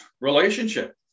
relationship